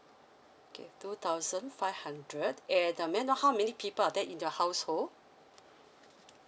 okay two thousand five hundred eh then may I know how many people are there in your household